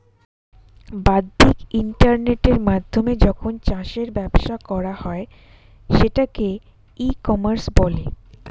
বাদ্দিক ইন্টারনেটের মাধ্যমে যখন চাষের ব্যবসা করা হয় সেটাকে ই কমার্স বলে